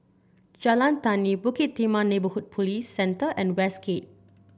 Jalan Tani Bukit Timah Neighbourhood Police Centre and Westgate